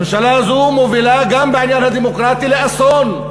הממשלה הזאת מובילה גם בעניין הדמוקרטי לאסון,